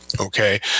Okay